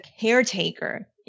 caretaker